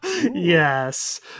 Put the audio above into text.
Yes